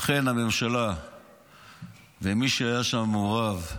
אכן, הממשלה ומי שהיה שם מעורב,